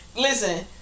listen